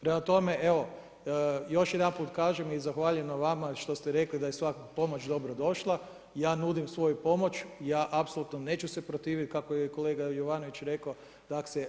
Prema tome, evo, još jedanput kažem i zahvaljujem vama što ste rekli rekli da je svaka pomoć dobro došla, ja nudim svoju pomoć, ja apsolutno neću se protiviti, kako je kolega Jovanović rekao, da se